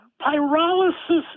Pyrolysis